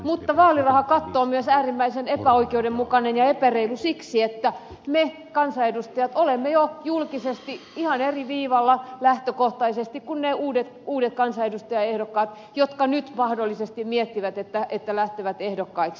mutta vaalirahakatto on äärimmäisen epäoikeudenmukainen ja epäreilu myös siksi että me kansanedustajat olemme jo julkisesti ihan eri viivalla lähtökohtaisesti kuin ne uudet kansanedustajaehdokkaat jotka nyt mahdollisesti miettivät lähtevätkö ehdokkaiksi